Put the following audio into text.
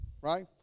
right